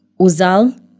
Uzal